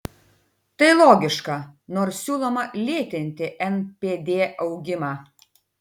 tai logiška nors siūloma lėtinti npd augimą